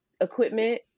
Equipment